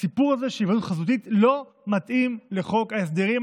הסיפור הזה של היוועדות חזותית לא מתאים לחוק ההסדרים.